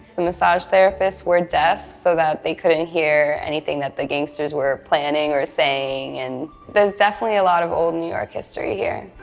the massage therapists were deaf so that they couldn't hear anything that the gangsters were planning or saying, and there's definitely a lot of old new york history here.